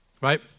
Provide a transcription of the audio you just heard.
right